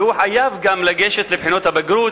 והוא חייב גם לגשת לבחינות הבגרות